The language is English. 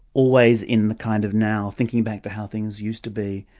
always in the kind of now, thinking back to how things used to be.